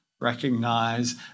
Recognize